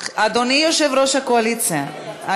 אדוני יושב-ראש הקואליציה,